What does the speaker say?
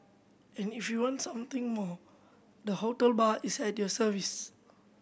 and if you want something more the hotel bar is at your service